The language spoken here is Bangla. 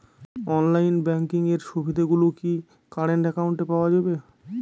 অনলাইন ব্যাংকিং এর সুবিধে গুলি কি কারেন্ট অ্যাকাউন্টে পাওয়া যাবে?